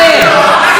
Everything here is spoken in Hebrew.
השרה.